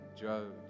Joe